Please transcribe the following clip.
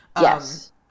Yes